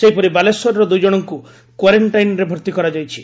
ସେହିପରି ବାଲେଶ୍ୱରର ଦୁଇଜଣଙ୍କୁ କ୍ୱାରେକ୍ଷାଇନ୍ରେ ଭର୍ତି କରାଯାଇଛି